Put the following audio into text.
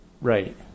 Right